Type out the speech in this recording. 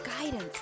guidance